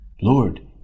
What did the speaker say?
Lord